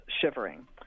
shivering